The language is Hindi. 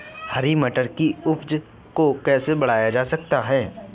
हरी मटर की उपज को कैसे बढ़ाया जा सकता है?